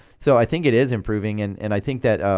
so i think it is improving, and and i think that